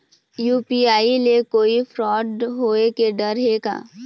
UPI ले कोई fraud होए के डर हे का?